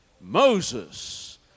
Moses